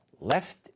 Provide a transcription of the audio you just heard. left